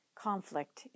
conflict